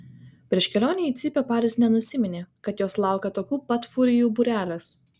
prieš kelionę į cypę paris nenusiminė kad jos laukia tokių pat furijų būrelis